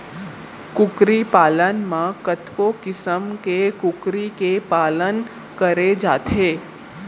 कुकरी पालन म कतको किसम के कुकरी के पालन करे जाथे